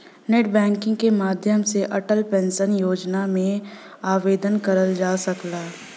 net banking के माध्यम से अटल पेंशन योजना में आवेदन करल जा सकला